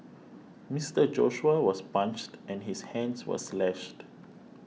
Mister Joshua was punched and his hands were slashed